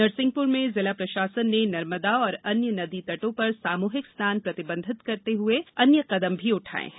नरसिंहपुर में जिला प्रशासन ने नर्मदा और अन्य नदी तटों पर सामूहिक स्नान प्रतिबंधित करने सहित अन्य कदम उठाये हैं